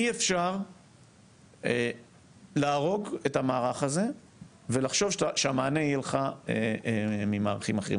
אי אפשר להרוג את המערך הזה ולחשוב שהמענה יהיה לך ממערכים אחרים.